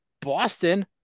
Boston